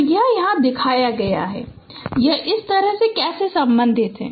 तो यह यहाँ दिखाया गया है कि यह इस तरह से कैसे संबंधित है